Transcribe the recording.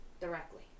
directly